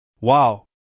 Wow